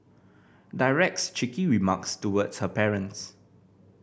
directs cheeky remarks towards her parents